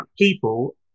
people